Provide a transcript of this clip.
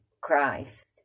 Christ